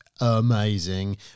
amazing